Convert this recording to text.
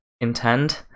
intend